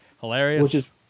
Hilarious